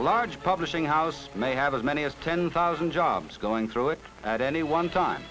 a large publishing house may have as many as ten thousand jobs going through it at any one time